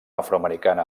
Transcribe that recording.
afroamericana